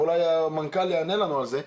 אולי המנכ"ל יענה לנו על זה,